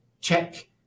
check